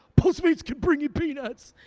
postmates can bring you peanuts.